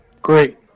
Great